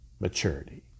maturity